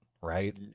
right